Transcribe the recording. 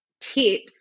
tips